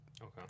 Okay